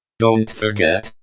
don't forget,